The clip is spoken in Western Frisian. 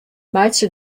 meitsje